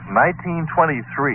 1923